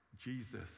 Jesus